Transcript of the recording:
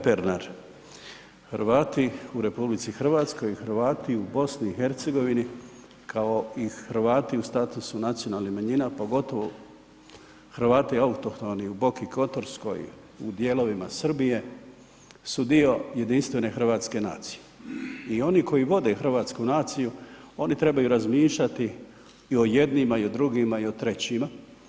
Kolega Pernar, Hrvati u RH i Hrvati u BiH, kao i Hrvati u statusu nacionalnih manjina, pogotovo Hrvati autohtoni u Boki Kotorskoj, u dijelovima Srbije su dio jedinstvene hrvatske nacije i oni koji vode hrvatsku naciju, oni trebaju razmišljati i o jednima, i o drugima, i o trećima.